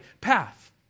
path